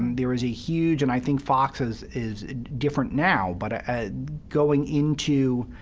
there was a huge and i think fox is is different now, but ah ah going into,